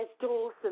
Dawson